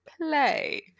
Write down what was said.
play